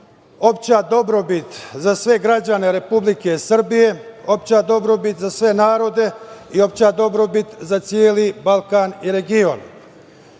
opšta dobrobit za sve građane Republike Srbije, opšta dobrobit za sve narode i opšta dobrobit za celi Balkan i region.